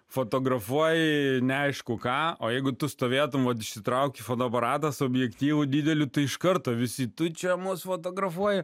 fotografuoji neaišku ką o jeigu tu stovėtum vat išsitrauki fotoaparatą su objektyvu dideliu tai iš karto visi tu čia mus fotografuoja